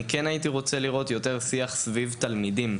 אני כן הייתי רוצה לראות יותר שיח סביב תלמידים.